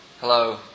Hello